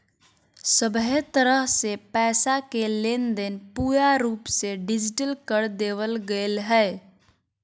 सभहे तरह से पैसा के लेनदेन पूरा रूप से डिजिटल कर देवल गेलय हें